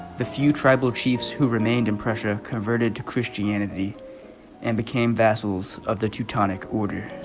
the few tribal chiefs who remained in pressure converted to christianity and became vassals of the teutonic order